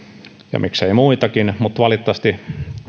ja miksei muitakin mutta valitettavasti